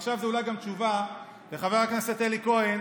עכשיו זו גם תשובה לחבר הכנסת אלי כהן,